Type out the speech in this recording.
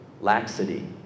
laxity